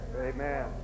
Amen